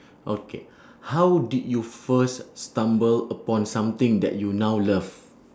okay how did you first stumble upon something that you now love